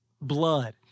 blood